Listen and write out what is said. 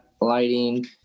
lighting